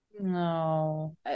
No